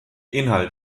inhalt